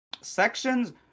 sections